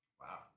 wow